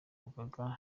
rugaga